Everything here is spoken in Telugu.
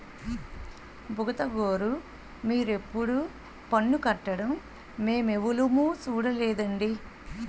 బుగతగోరూ మీరెప్పుడూ పన్ను కట్టడం మేమెవులుమూ సూడలేదండి